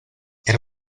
era